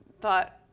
thought